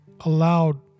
allowed